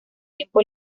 tiempo